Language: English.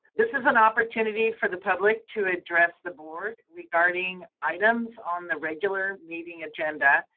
this is an opportunity for the public to address the board regarding items on the regular meeting agenda,